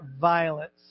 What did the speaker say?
violence